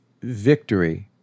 victory